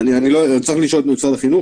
ההיגיון הוא השאלה שעולה כל הזמן פה,